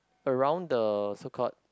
around the so called